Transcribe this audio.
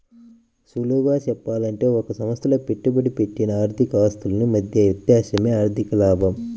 సులువుగా చెప్పాలంటే ఒక సంస్థలో పెట్టుబడి పెట్టిన ఆర్థిక ఆస్తుల మధ్య వ్యత్యాసమే ఆర్ధిక లాభం